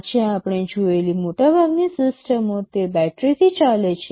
આજે આપણે જોયેલી મોટાભાગની સિસ્ટમો તે બેટરીથી ચાલે છે